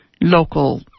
local